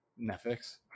Netflix